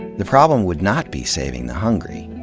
the problem would not be saving the hungry.